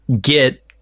get